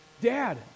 Dad